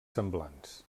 semblants